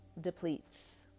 depletes